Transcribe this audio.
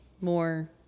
more